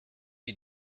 you